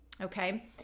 okay